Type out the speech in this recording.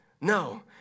No